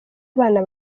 abana